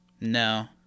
No